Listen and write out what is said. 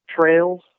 trails